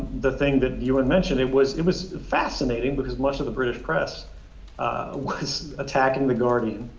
the thing that ewen mentioned, it was it was fascinating because much of the british press was attacking the guardian,